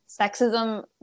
sexism